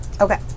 Okay